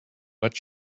what